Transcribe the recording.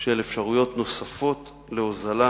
של אפשרויות נוספות להוזלה,